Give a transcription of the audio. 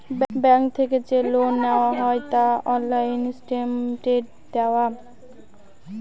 bank থেকে যে loan নেওয়া হয় তা অনলাইন স্টেটমেন্ট দেখায়